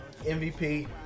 MVP